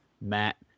Matt